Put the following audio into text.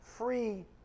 free